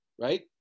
Right